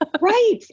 Right